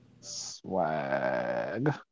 Swag